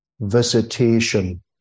visitation